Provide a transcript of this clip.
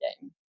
game